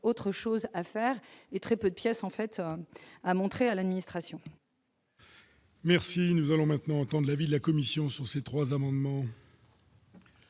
autre chose à faire, et très peu de pièces en fait a montré à l'administration. Merci, nous allons maintenant entendent l'avis de la Commission sur ces 3 amendements.